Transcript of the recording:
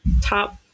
top